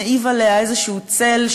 מעיב עליה איזשהו צל,